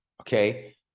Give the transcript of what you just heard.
Okay